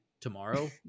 Tomorrow